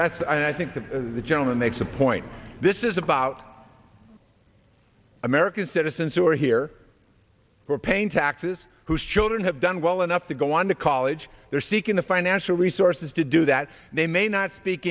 that's i think that the gentleman makes a point this is about american citizens who are here who are paying taxes whose children have done well enough to go on to college they're seeking the financial resources to do that and they may not speak